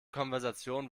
konversation